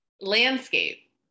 landscape